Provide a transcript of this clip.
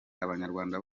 abanyarwanda